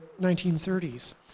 1930s